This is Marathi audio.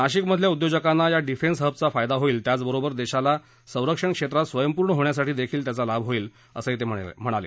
नाशिकमधील उद्योजकांना या डिफेन्स हबचा फायदा होईल त्याच बरोबर देशाला सरंक्षण क्षेत्रात स्वयंपूर्ण होण्यासाठी देखील त्याचा लाभ होईल असंही भामरे यांनी सांगितलं